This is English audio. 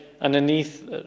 underneath